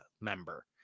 member